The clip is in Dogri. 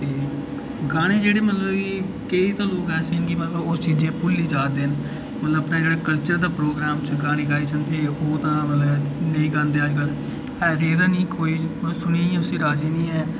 गाने जेह्ड़े मतलब की केईं तां लोग ऐसे न मतलब की उस चीज़ै ई भु'ल्ली जा दे न मतलब कि पैह्लें कल्चर दे प्रोग्राम च गाने गाये जन्दे हे ओह् तां मतलब नेईं गांदे अज्जकल रेह् दा निं कोई सुनियै उसी राजी निं हैन